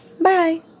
Bye